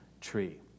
tree